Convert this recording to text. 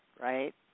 right